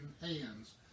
hands